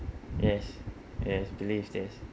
yes yes believed yes